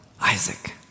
Isaac